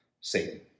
Satan